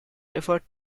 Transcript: referred